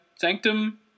sanctum